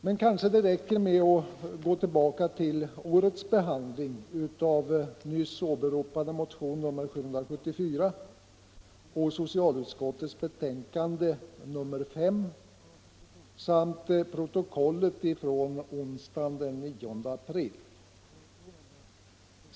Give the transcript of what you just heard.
Men kanske det räcker med att gå tillbaka till årets behandling av den nyss åberopade motionen 774 och socialutskottets betänkande nr 5 samt protokollet från onsdagen den 9 april.